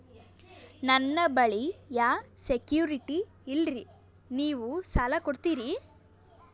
ನನ್ನ ಬಳಿ ಯಾ ಸೆಕ್ಯುರಿಟಿ ಇಲ್ರಿ ನೀವು ಸಾಲ ಕೊಡ್ತೀರಿ?